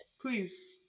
please